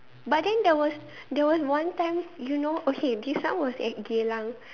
but then there was there was one time you know okay this one was at Geylang